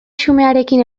xumearekin